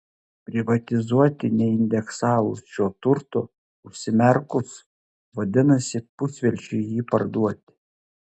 privatizuoti neindeksavus šio turto užsimerkus vadinasi pusvelčiui jį perduoti